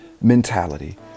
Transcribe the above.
mentality